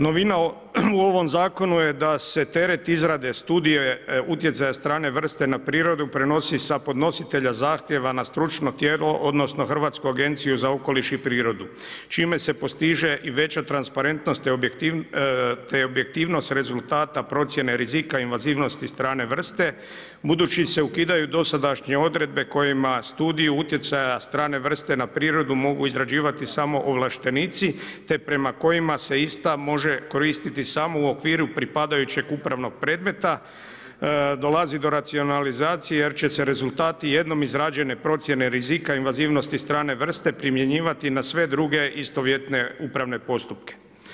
Novina u ovom zakonu je da se tereti izrade studije utjecaja strane vrste na prirodu prenosi sa podnositelja zahtjeva na stručno tijelo odnosno Hrvatsku agenciju za okoliš i prirodu čime se postiže i veća transparentnost te objektivnost rezultata procjene rizika invazivnosti strane vrste budući se ukidaju dosadašnje odredbe kojima studiju utjecaja strane vrste na prirodu mogu izrađivati samo ovlaštenici te prema kojima se ista može koristiti samo u okviru pripadajućeg upravnog predmeta dolazi do racionalizacije jer će se rezultati jednom izrađene procjene rizika invazivnosti strane vrste primjenjivati na sve druge istovjetne upravne postupke.